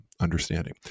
understanding